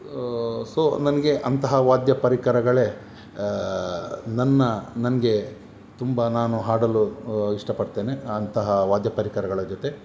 so ನನಗೆ ಅಂತಹ ವಾದ್ಯ ಪರಿಕರಗಳೇ ನನ್ನ ನನಗೆ ತುಂಬ ನಾನು ಹಾಡಲು ಇಷ್ಟ ಪಡ್ತೇನೆ ಅಂತಹ ವಾದ್ಯ ಪರಿಕರಗಳ ಜೊತೆ